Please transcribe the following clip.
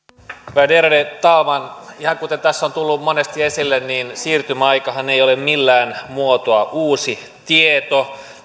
värderade talman ihan kuten tässä on tullut monesti esille niin siirtymäaikahan ei ole millään muotoa uusi tieto